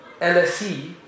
LSE